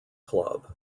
club